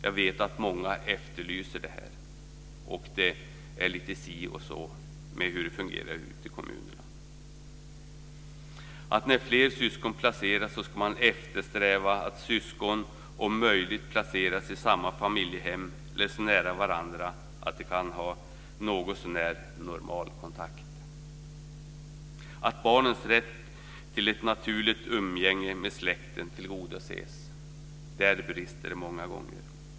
Jag vet att många efterlyser en sådan, och det är lite si och så med hur det fungerar ute i kommunerna. När fler syskon placeras ska man eftersträva att syskonen om möjligt placeras i samma familjehem eller så nära varandra att de kan ha en någotsånär normal kontakt. Barns rätt till ett naturligt umgänge med släkten ska tillgodoses. Där brister det många gånger.